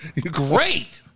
Great